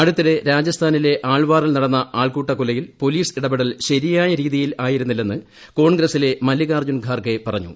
അടുത്തിടെ രാജസ്ഥാനിലെ ആൽവാറിൽ നടന്ന ആൾക്കൂട്ടകൊലയിൽ പോലീസ് ഇടപെടൽ ശരിയായ രീതിയിൽ ആയിരുന്നില്ലെന്ന് കോൺഗ്രസിലെ മല്ലികാർജ്ജുനഖാർഗെ പറഞ്ഞു